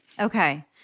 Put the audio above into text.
Okay